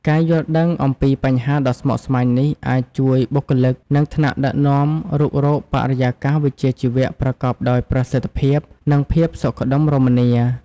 ការយល់ដឹងអំពីបញ្ហារដ៏ស្មុគស្មាញនេះអាចជួយបុគ្គលិក និងថ្នាក់ដឹកនាំរុករកបរិយាកាសវិជ្ជាជីវៈប្រកបដោយប្រសិទ្ធភាព និងភាពសុខដុមរមនា។